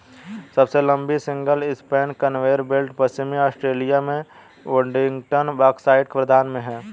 सबसे लंबी single span conveyor belt पश्चिमी ऑस्ट्रेलिया में बोडिंगटन बॉक्साइट खदान में है